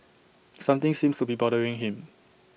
something seems to be bothering him